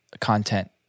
content